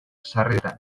sarritan